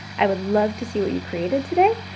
i would love to see what you created today.